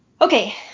Okay